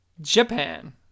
Japan